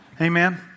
Amen